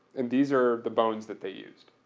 and these are the bones that they used,